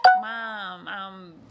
mom